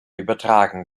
übertragen